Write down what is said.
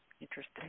Interesting